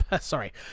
Sorry